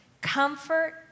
comfort